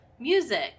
music